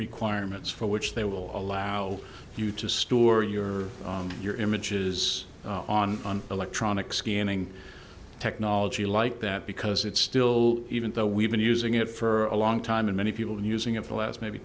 requirements for which they will allow you to store or you're your images on an electronic scanning technology like that because it's still even though we've been using it for a long time and many people using it for the last maybe